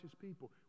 people